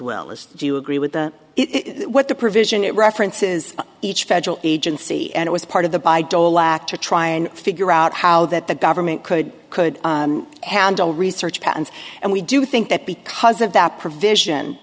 well as do you agree with it what the provision it references each federal agency and it was part of the baidoa lacke to try and figure out how that the government could could handle research patents and we do think that because of that provision